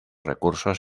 recursos